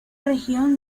región